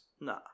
nah